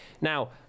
Now